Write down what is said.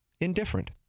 indifferent